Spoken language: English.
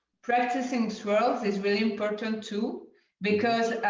practicing swirls is really important too because,